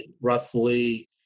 roughly